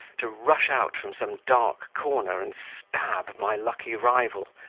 to rush out from some dark corner and stab my lucky rival,